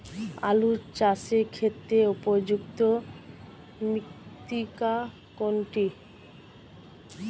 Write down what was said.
আলু চাষের ক্ষেত্রে উপযুক্ত মৃত্তিকা কোনটি?